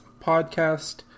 podcast